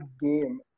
game